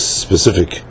specific